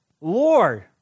Lord